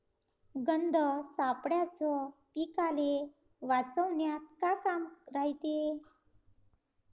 गंध सापळ्याचं पीकाले वाचवन्यात का काम रायते?